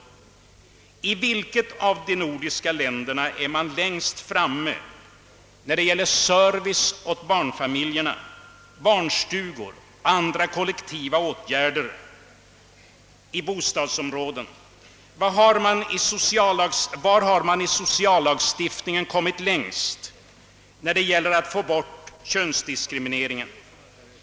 I vilket av de nordiska länderna är man längst framme vad beträffar service åt barnfamiljerna — barnstugor, andra kollektiva åtgärder i bostadsområden etc.? Var har man i sociallagstiftningen kommit längst när det gäller ait få bort könsdiskrimineringen?